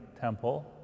temple